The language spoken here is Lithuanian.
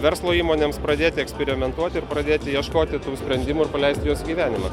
verslo įmonėms pradėti eksperimentuoti ir pradėti ieškoti sprendimų ir paleisti juos į gyvenimą